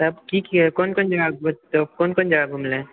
तब कि कि कोन कोन जगह तोँ कोन कोन जगह घुमलय हँ